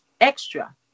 extra